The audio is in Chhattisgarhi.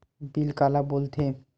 बिल काला बोल थे?